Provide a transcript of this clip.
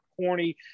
corny